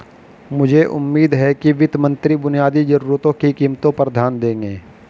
मुझे उम्मीद है कि वित्त मंत्री बुनियादी जरूरतों की कीमतों पर ध्यान देंगे